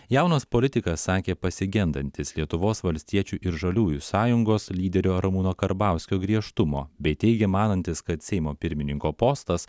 jaunas politikas sakė pasigendantis lietuvos valstiečių ir žaliųjų sąjungos lyderio ramūno karbauskio griežtumo bei teigė manantis kad seimo pirmininko postas